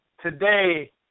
today